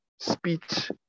speech